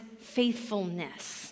faithfulness